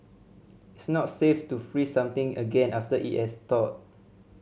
it's not safe to freeze something again after it has thawed